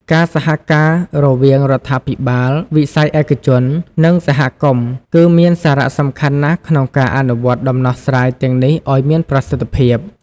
ការសហការរវាងរដ្ឋាភិបាល វិស័យឯកជន និងសហគមន៍ គឺមានសារៈសំខាន់ណាស់ក្នុងការអនុវត្តដំណោះស្រាយទាំងនេះឲ្យមានប្រសិទ្ធភាព។